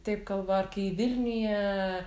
taip kalba ar kai vilniuje